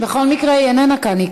בכל מקרה היא איננה כאן.